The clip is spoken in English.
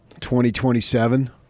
2027